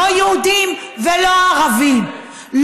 לא יהודים ולא ערבים,